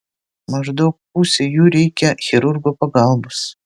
maždaug pusei jų reikia chirurgo pagalbos